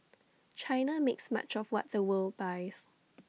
China makes much of what the world buys